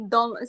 Dom